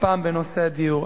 הפעם בנושא הדיור.